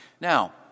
Now